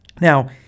Now